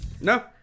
No